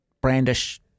brandish